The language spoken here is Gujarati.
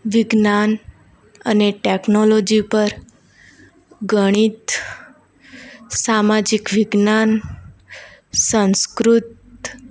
વિજ્ઞાન અને ટેકનોલોજી ઉપર ગણિત સામાજિક વિજ્ઞાન સંસ્કૃત